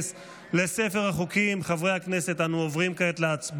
רוצה, חבר הכנסת גנץ?